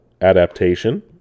adaptation